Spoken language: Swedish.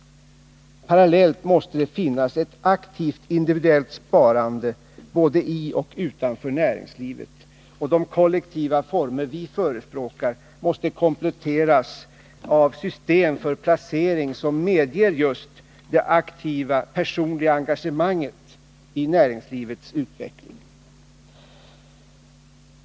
Parallellt måste det finnas ett aktivt individuellt sparande, både i och utanför näringslivet, och de kollektiva former vi förespråkar måste kompletteras av system för placering som medger just det aktiva personliga engagemanget i näringslivets utveckling.